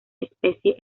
especie